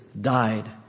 died